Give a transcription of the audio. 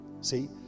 See